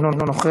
אינו נוכח,